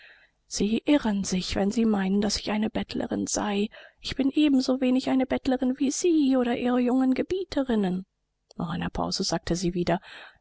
sie irren sich wenn sie meinen daß ich eine bettlerin sei ich bin ebensowenig eine bettlerin wie sie oder ihre jungen gebieterinnen nach einer pause sagte sie wieder